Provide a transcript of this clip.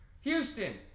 houston